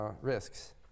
risks